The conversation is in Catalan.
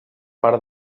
part